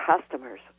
customers